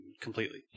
completely